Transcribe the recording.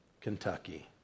Kentucky